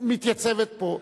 מתייצבת פה,